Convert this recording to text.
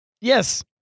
Yes